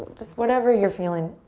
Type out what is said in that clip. just whatever you're feeling,